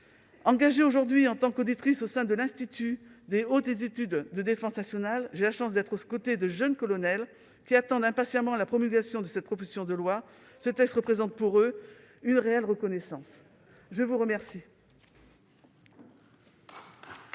Engagée aujourd'hui en tant qu'auditrice au sein de l'Institut des hautes études de défense nationale (IHEDN), j'ai la chance de travailler aux côtés de jeunes colonels qui attendent impatiemment la promulgation de cette proposition de loi. Ce texte représente pour eux une réelle reconnaissance. La parole